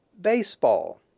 Baseball